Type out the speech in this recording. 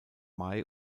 mai